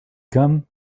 come